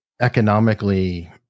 economically